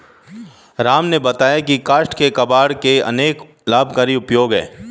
राम ने बताया की काष्ठ कबाड़ के अनेक लाभकारी उपयोग हैं